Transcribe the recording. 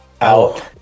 out